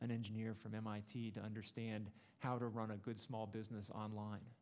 an engineer from mit to understand how to run a good small business online